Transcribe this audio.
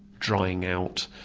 drying out,